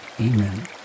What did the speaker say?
Amen